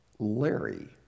Larry